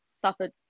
suffered